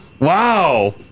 Wow